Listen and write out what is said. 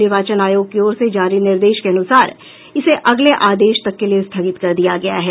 निर्वाचन आयोग की ओर से जारी निर्देश के अनुसार इसे अगले आदेश तक के लिये स्थगित किया गया है